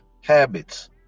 habits